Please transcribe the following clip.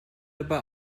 aber